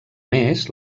més